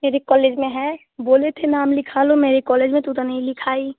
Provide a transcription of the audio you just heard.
civic college में हैं बोले थे ना हम लिखा लो मेरे कॉलेज में तू तो नहीं लिखाई